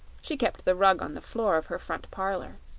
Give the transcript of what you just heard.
she kept the rug on the floor of her front parlor.